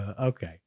okay